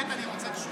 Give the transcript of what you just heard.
באמת אני רוצה תשובה.